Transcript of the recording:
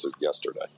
yesterday